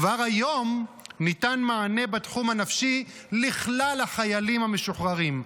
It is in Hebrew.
כבר היום ניתן מענה בתחום הנפשי לכלל החיילים המשוחררים,